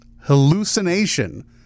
hallucination